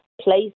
place